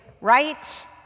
right